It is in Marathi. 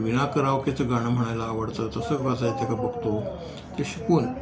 विना करावकेचं गाणं म्हणायला आवडतं तसं माझं येतं आहे का बघतो ते शिकून